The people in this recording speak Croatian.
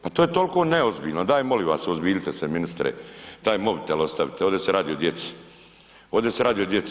Pa to je tolko neozbiljno, daj molim vas uozbiljite se ministre, taj mobitel ostavite, ovdje se radi o djeci, ovdje se radi o djeci.